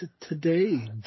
today